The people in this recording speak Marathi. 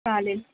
चालेल